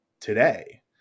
today